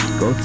go